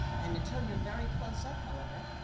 and until your very close up, however,